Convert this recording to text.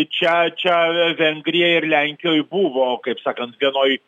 čia čia vengrija ir lenkijoj buvo kaip sakant vienoj